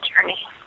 journey